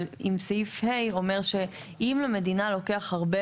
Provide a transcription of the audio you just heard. אבל אם סעיף (ה) אומר שאם למדינה לוקח הרבה